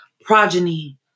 progeny